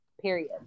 period